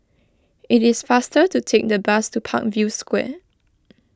it is faster to take the bus to Parkview Square